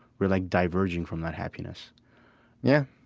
we're like diverging from that happiness yeah.